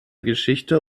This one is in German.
geschichte